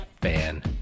fan